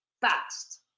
fast